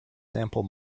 sample